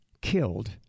killed